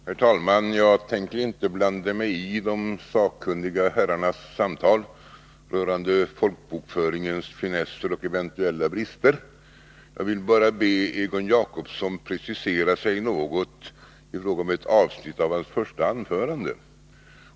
Herr talman! Jag tänker inte blanda mig i de sakkunniga herrarnas samtal rörande folkbokföringens finesser och eventuella brister. Jag vill bara be Egon Jacobsson precisera sig något i fråga om ett avsnitt i hans första anförande.